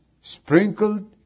sprinkled